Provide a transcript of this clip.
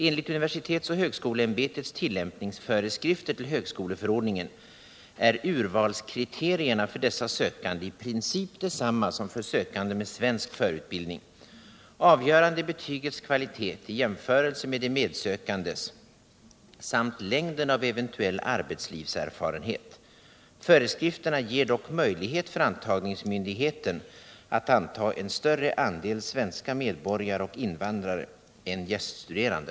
Enligt universitetsoch högskoleämbetets tillämpningsföreskrifter till högskoleförordningen är urvalskriterierna för dessa sökande i princip desamma som för sökande med svensk förutbildning. Avgörande är betygets kvalitet i jämförelse med de medsökandes samt längden av eventuell arbetslivserfarenhet. Föreskrifterna ger dock möjlighet för antagningsmyndigheten att anta en större andel svenska medborgare och invandrare än gäststuderande.